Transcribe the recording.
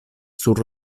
sur